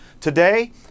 Today